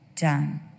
done